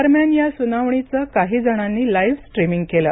दरम्यान या सुनावणीचं काही जणांनी लाइव्ह स्ट्रीमिंग केलं